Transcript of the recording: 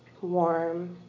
warm